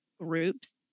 groups